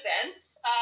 events